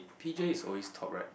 P_J is always top right